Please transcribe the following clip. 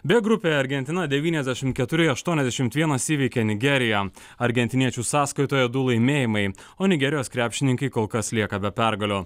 b grupė argentina devyniasdešimt keturi aštuoniasdešimt vienas įveikė nigeriją argentiniečių sąskaitoje du laimėjimai o nigerijos krepšininkai kol kas lieka be pergalių